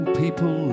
people